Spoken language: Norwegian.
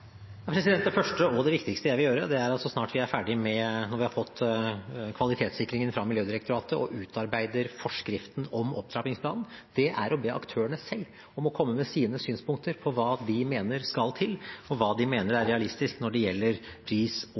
Det første og det viktigste jeg vil gjøre så snart vi har fått kvalitetssikringen fra Miljødirektoratet og utarbeider forskriften til opptrappingsplanen, er å be aktørene selv komme med sine synspunkter på hva de mener skal til, og hva de mener er realistisk når det gjelder pris, tilgang og